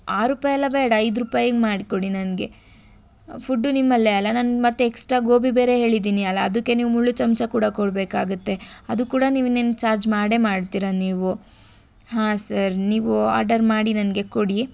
ಆರು ರೂಪಾಯೆಲ್ಲ ಬೇಡ ಐದು ರೂಪಾಯಿಗೆ ಮಾಡಿಕೊಡಿ ನನಗೆ ಫುಡ್ ನಿಮ್ಮಲೇ ಅಲ್ಲ ನಾನು ಮತ್ತೆ ಎಕ್ಸ್ಟ್ರಾ ಗೋಬಿ ಬೇರೆ ಹೇಳಿದ್ದೀನಿ ಅಲ್ಲ ಅದಕ್ಕೆ ನೀವು ಮುಳ್ಳು ಚಮಚ ಕೂಡ ಕೊಡಬೇಕಾಗತ್ತೆ ಅದು ಕೂಡ ನೀವು ನಿಮ್ಮ ಚಾರ್ಜ್ ಮಾಡೇ ಮಾಡ್ತೀರ ನೀವು ಹಾಂ ಸರ್ ನೀವು ಆರ್ಡರ್ ಮಾಡಿ ನನಗೆ ಕೊಡಿ